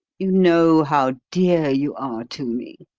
you know how dear you are to me.